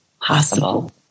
possible